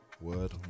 word